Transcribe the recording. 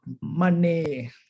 money